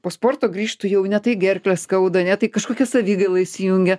po sporto grįžtu jau ne tai gerklę skauda ne tai kažkokia savigaila įsijungia